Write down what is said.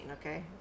okay